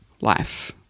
life